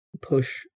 push